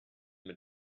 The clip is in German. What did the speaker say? mit